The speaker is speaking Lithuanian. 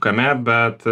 kame bet